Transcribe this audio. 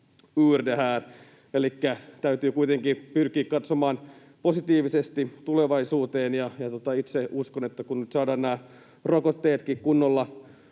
täytyy kuitenkin pyrkiä katsomaan positiivisesti tulevaisuuteen, ja itse uskon, että kun nyt saadaan nämä rokotteetkin kunnolla